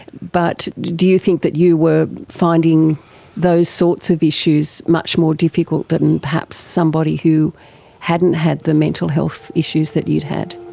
but do you think that you were finding those sorts of issues much more difficult than perhaps somebody who hadn't had the mental health issues that you'd had?